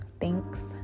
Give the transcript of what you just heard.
Thanks